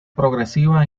progresiva